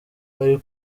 bari